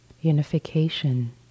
unification